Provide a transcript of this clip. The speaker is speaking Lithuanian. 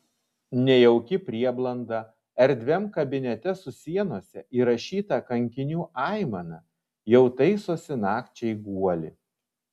nejauki prieblanda erdviam kabinete su sienose įrašyta kankinių aimana jau taisosi nakčiai guolį